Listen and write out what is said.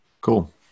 cool